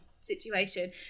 situation